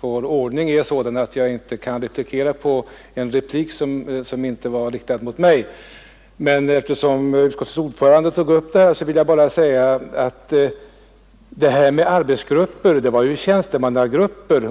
Vår ordning är ju sådan att jag inte kan replikera på ett inlägg som inte är riktat mot mig. Men eftersom utskottets ordförande tog upp detta vill jag bara säga att det här med arbetsgrupper gällde tjänstemannagrupper.